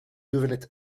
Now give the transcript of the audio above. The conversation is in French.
devenait